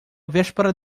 véspera